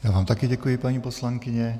Já vám také děkuji, paní poslankyně.